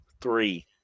three